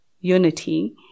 unity